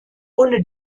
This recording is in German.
ohne